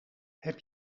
heb